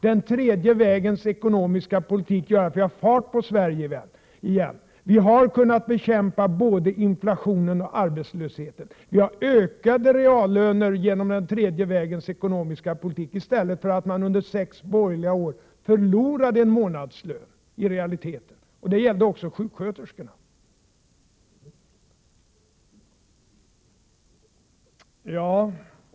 Den tredje vägens ekonomiska politik gör att vi har fått fart på Sverige igen. Vi har kunnat bekämpa både inflationen och arbetslösheten. Vi har ökat reallönerna genom den tredje vägens ekonomiska politik. Under de sex borgerliga åren förlorade man i stället i realiteten en månadslön. Det gällde också sjuksköterskorna.